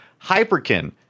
Hyperkin